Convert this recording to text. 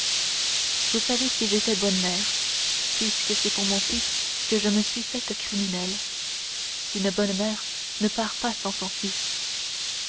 vous savez si j'étais bonne mère puisque c'est pour mon fils que je me suis faite criminelle une bonne mère ne part pas sans son fils